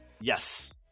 yes